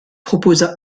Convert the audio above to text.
proposa